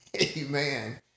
amen